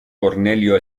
cornelio